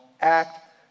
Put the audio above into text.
act